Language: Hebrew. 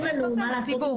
בסדר.